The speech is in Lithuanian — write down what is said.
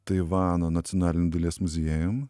taivano nacionaliniu dailės muziejum